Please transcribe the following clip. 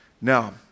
Now